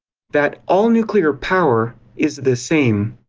that all nuclear power is the same.